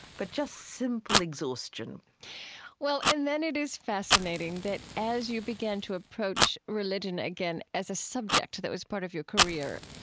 but just simple exhaustion well, and then it is fascinating that as you began to approach religion again as a subject that was part of your career,